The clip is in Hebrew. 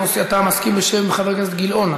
מוסי, אתה מסכים בשם חבר הכנסת גילאון,